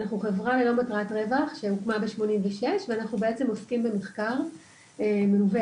אנחנו חברה ללא מטרת רווח שהוקמה ב-1986 ואנחנו עוסקים במחקר מלווה